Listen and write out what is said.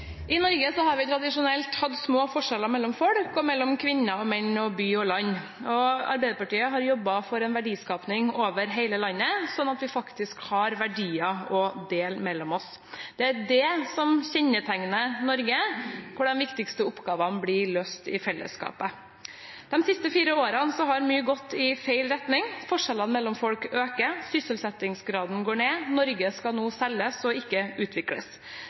har jobbet for en verdiskaping over hele landet, slik at vi faktisk har verdier å dele mellom oss. Det er det som kjennetegner Norge, for de viktigste oppgavene blir løst i fellesskapet. De siste fire årene har mye gått i feil retning. Forskjellene mellom folk øker. Sysselsettingsgraden går ned. Norge skal nå selges og ikke utvikles.